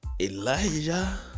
Elijah